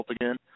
again